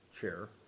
chair